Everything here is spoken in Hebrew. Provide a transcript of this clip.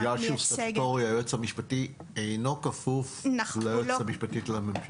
בגלל שהוא אינו כפוף ליועץ המשפטי לממשלה.